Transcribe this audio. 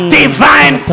divine